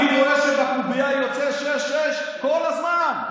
אני רואה שבקובייה יוצא שש-שש כל הזמן.